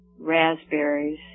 raspberries